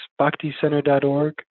bhakticenter.org